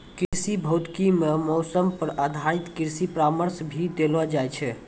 कृषि भौतिकी मॅ मौसम पर आधारित कृषि परामर्श भी देलो जाय छै